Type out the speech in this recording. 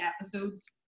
episodes